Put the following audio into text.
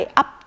up